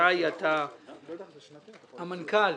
שי, המנכ"ל,